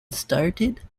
started